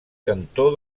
cantó